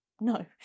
No